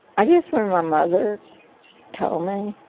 i guess when my mother told me.